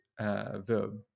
verb